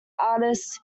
artist